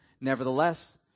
Nevertheless